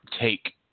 take